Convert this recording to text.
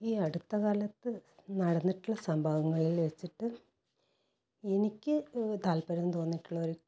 ഈ അടുത്ത കാലത്ത് നടന്നിട്ടുള്ള സംഭവങ്ങളിൽ വെച്ചിട്ട് എനിക്ക് താല്പര്യം തോന്നിയിട്ടുള്ള ഒരു